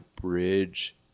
bridge